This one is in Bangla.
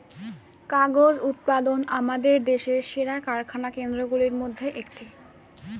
কাগজ উৎপাদন আমাদের দেশের সেরা কারখানা কেন্দ্রগুলির মধ্যে একটি